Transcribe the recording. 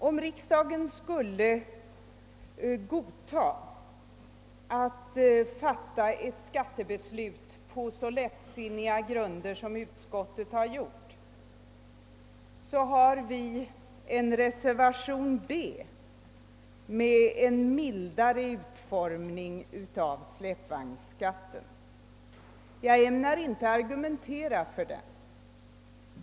Om riksdagen skulle godta att fatta ett skattebeslut så lättsinnigt och på så ofullständiga grunder som utskottet vill, föreslår vi i reservationen under B en lindrigare utformning av släpvagnsbeskattningen. Jag ämnar inte argumentera för den.